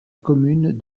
commune